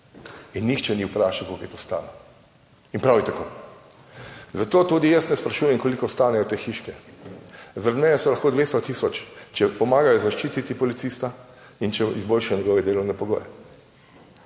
in nihče ni vprašal, koliko to stane in prav je tako. Zato tudi jaz ne sprašujem, koliko stanejo te hiške. Zaradi mene so lahko 200 tisoč, če pomagajo zaščititi policista in če izboljšajo njegove delovne pogoje.